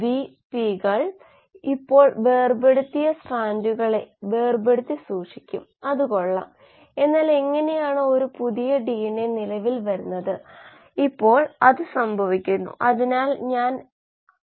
നമ്മുടെ ആദ്യ സമവാക്യത്തിൽ നമ്മൾ ഇത് ഈ ക്രമത്തിൽ എഴുതുന്നു S സീറോ SABCD നമ്മുടെ സമവാക്യം നിങ്ങൾക്കറിയാമോ നമ്മൾ മാട്രിക്സ് ഗുണനം ചെയ്യുന്ന രീതി ഓരോ വരിയിൽ ഉള്ള പദവും നിരയിലുള്ള അതാത് പദവുമായി ഗുണിച്ചതിനുശേഷം എല്ലാത്തിന്റെയും തുക കാണുകയാണ് ചെയ്യുന്നത്